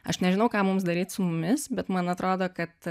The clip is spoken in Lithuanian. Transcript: aš nežinau ką mums daryti su mumis bet man atrodo kad